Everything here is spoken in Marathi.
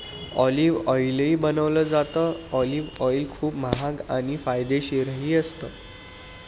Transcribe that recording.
ऑलिव्ह ऑईलही बनवलं जातं, ऑलिव्ह ऑईल खूप महाग आणि फायदेशीरही असतं